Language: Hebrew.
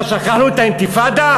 מה, שכחנו את האינתיפאדה?